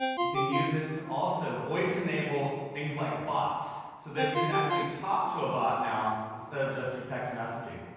you can use it to also voice-enable things like bots. so that you can actually talk to a bot now instead of just through text messaging.